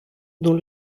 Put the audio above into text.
dont